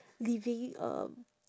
living um